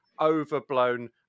overblown